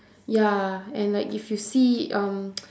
ya and like if you see um